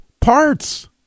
parts